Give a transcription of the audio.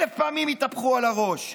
אלף פעמים יתהפכו על הראש,